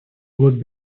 would